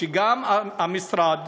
שגם המשרד